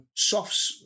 softs